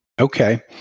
Okay